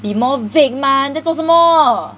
be more vague mah 你在做什么